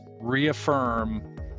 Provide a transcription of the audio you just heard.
reaffirm